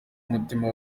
umutima